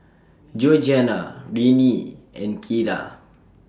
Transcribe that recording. Georgiana Renea and Kyra